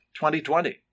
2020